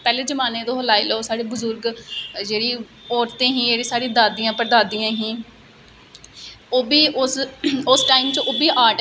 स्हानू कोई बी आर्ट करने लेई कोई बी ड्राइंग करने लेई असें निक्की निक्की चीजां दी जरुरत होंदी ऐ और हर इक ओह् चीज होनी चाहिदी साढ़े कोल